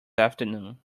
afternoon